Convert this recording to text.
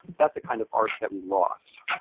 that's a kind of art that we lost.